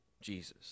Jesus